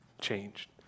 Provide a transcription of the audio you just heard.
changed